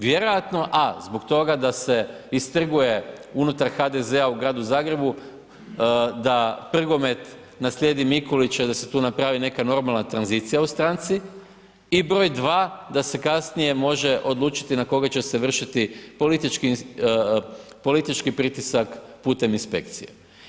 Vjerojatno a) zbog toga da se istrguje unutar HDZ-a u gradu Zagrebu da Prgomet naslijedi Mikulića i da se tu napravi neka normalna tranzicija u stranci i br. 2 da se kasnije može odlučiti na koga će se vršiti politički pritisak putem inspekcije.